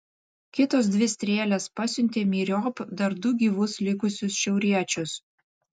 kitos dvi strėlės pasiuntė myriop dar du gyvus likusius šiauriečius